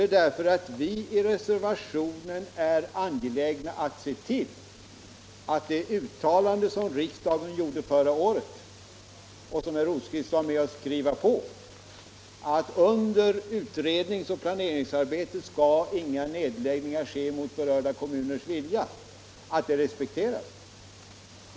Det är därför att vi reservanter är angelägna att se till att det uttalande respekteras, som riksdagen gjorde förra året och som herr Rosqvist var med om att skriva på, nämligen att under utredningsoch planeringsarbetet skall inga nedläggningar ske mot berörda kommuners vilja.